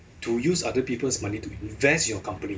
to use other people's money to invest your company